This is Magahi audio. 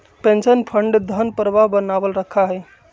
पेंशन फंड धन प्रवाह बनावल रखा हई